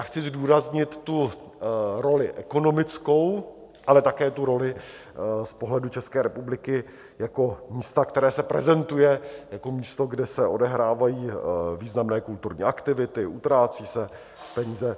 Chci zdůraznit roli ekonomickou, ale také roli z pohledu České republiky jako místa, které se prezentuje, jako místa, kde se odehrávají významné kulturní aktivity, utrácí se peníze.